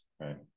right